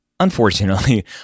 unfortunately